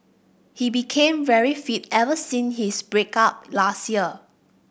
he became very fit ever since his break up last year